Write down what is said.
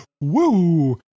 Woo